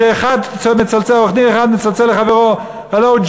ויהודי אחד מצלצל לחברו: "הלו,